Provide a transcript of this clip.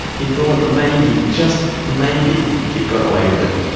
he thought maybe, just maybe he'd got away with it.